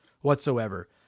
whatsoever